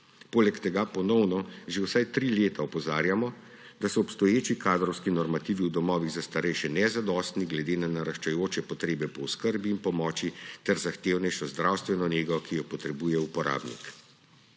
Poleg tega ponovno, že vsaj tri leta opozarjamo, da so obstoječi kadrovski normativi v domovih za starejše nezadostni glede na naraščajoče potrebe po oskrbi in pomoči ter zahtevnejšo zdravstveno nego, ki jo potrebuje uporabnik.